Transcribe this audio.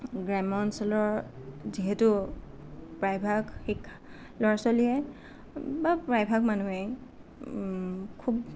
গ্ৰাম্য অঞ্চলৰ যিহেতু প্ৰায়ভাগ শিক্ষা ল'ৰা ছোৱালীয়ে বা প্ৰায়ভাগ মানুহেই খুব